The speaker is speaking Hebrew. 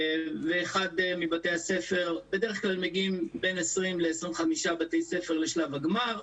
בדרך כלל מגיעים בין 20 ל-25 בתי ספר לשלב הגמר,